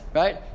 right